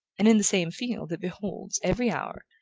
and in the same field, it beholds, every hour,